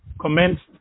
commenced